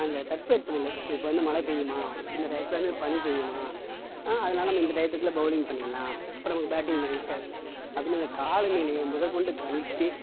அந்த தட்பவெட்ப நிலை இப்போ வந்து மழை பெய்யுமா இந்த டயத்தில் வந்து பனி பெய்யுமா அதனாலே நம்ம இந்த டயத்துக்குள்ளே பவுலிங் பண்ணிடலாம் அப்போ நம்ம பேட்டிங் பண்ண ஈசியாக இருக்கும் அப்படீன்னு அந்த காலநிலையை முதற்கொண்டு கணித்து